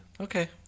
Okay